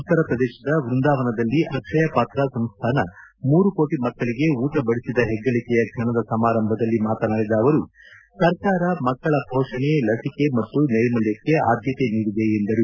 ಉತ್ತರಪ್ರದೇಶದ ವ್ಯಂದಾವನದಲ್ಲಿ ಅಕ್ಷಯ ಪಾತ್ರಾ ಸಂಸ್ಥಾನ ಮೂರು ಕೋಟಿ ಮಕ್ಕಳಿಗೆ ಊಟ ಬಡಿಸಿದ ಹೆಗ್ಗಳಕೆಯ ಕ್ಷಣದ ಸಮಾರಂಭದಲ್ಲಿ ಮಾತನಾಡಿದ ಅವರು ಸರ್ಕಾರ ಮಕ್ಕಳ ಪೋಷಣೆ ಲಸಿಕೆ ಮತ್ತು ನೈರ್ಮಲ್ಯಕ್ಕೆ ಆದ್ಯಕೆ ನೀಡಿದೆ ಎಂದರು